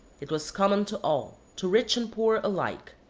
it was common to all, to rich and poor alike.